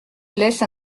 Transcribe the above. laisse